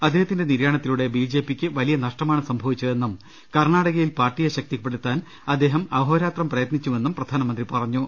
അദ്ദേഹത്തിന്റെ നിര്യാണത്തിലൂടെ ബിജെപിക്ക് വലിയ നഷ്ടമാണ് സംഭവിച്ചതെന്നും കർണാടകയിൽ പാർട്ടിയെ ശക്തിപ്പെടുത്താൻ അദ്ദേഹം അഹോരാത്രം പ്രയത്നിച്ചുവെന്നും പ്രധാനമന്ത്രി പറഞ്ഞു